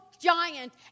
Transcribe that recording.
giant